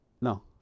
No